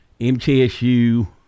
MTSU